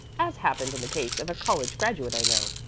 as happened in the case of a college graduate i know,